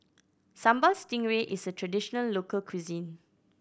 Sambal Stingray is a traditional local cuisine